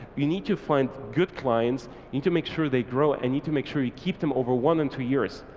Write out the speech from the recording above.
we need to find good clients and to make sure they grow, and need to make sure you keep them over one and two years.